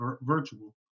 virtual